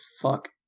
fuck